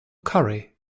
curry